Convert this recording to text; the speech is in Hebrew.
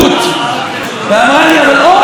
ואמרה לי: אבל אורן,